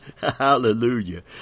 Hallelujah